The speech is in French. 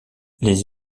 les